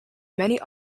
many